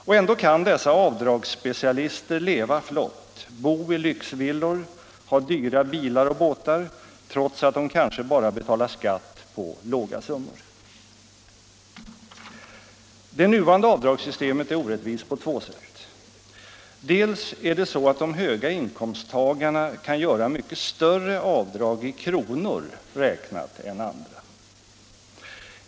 Och ändå kan dessa avdragsspecialister leva flott, bo i lyxvillor och ha dyra bilar och båtar, trots att de kanske bara betalar skatt på låga summor. Det nuvarande avdragssystemet är orättvist på två sätt. För det första är det så att de höga inkomsttagarna i kronor räknat kan göra mycket större avdrag än andra.